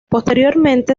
posteriormente